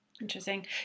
Interesting